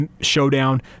showdown